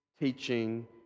teaching